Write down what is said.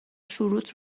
شروط